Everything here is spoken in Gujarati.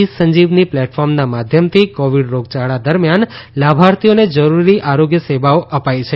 ઇ સંજીવની પ્લેટફોર્મના માધ્યમથી કોવીડ રોગયાળા દરમિયાન લાભાર્થીઓને જરુરી આરોગ્ય સેવાઓ અપાઇ છે